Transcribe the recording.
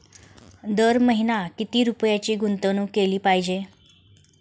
दर महिना किती रुपयांची गुंतवणूक केली पाहिजे?